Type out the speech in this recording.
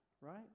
right